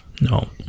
No